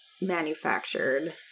manufactured